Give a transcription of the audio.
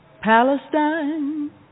Palestine